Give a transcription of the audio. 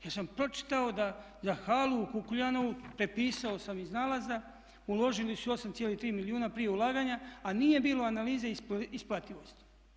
Ja sam pročitao da za halu u Kukuljanovu, prepisao sam iz nalaza, uložili su 8,3 milijuna prije ulaganja a nije bilo analize isplativosti.